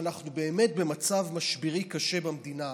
כשאנחנו באמת במצב משברי קשה במדינה,